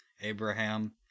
abraham